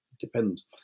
depends